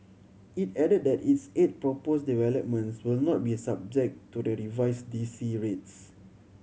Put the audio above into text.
it added that its eight proposed developments will not be subject to the revised D C rates